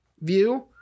view